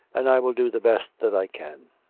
and i will do the best that i can